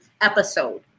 episode